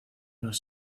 los